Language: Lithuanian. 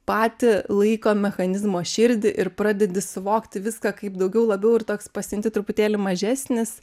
patį laiko mechanizmo širdį ir pradedi suvokti viską kaip daugiau labiau ir toks pasijunti truputėlį mažesnis